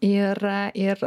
ir ir